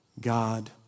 God